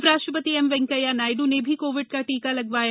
उपराष्ट्रपति एम वेंकैया नायड् ने भी कोविड का टीका लगवाया